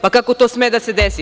Pa, kako to sme da se desi.